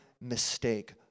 mistake